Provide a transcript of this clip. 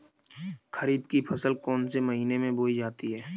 खरीफ की फसल कौन से महीने में बोई जाती है?